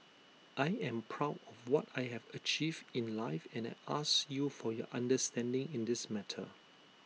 I am proud of what I have achieved in life and I ask you for your understanding in this matter